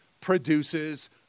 produces